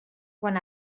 quan